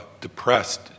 depressed